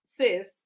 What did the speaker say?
sis